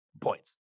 points